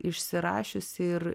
išsirašiusi ir